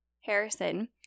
harrison